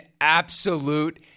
absolute